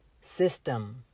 system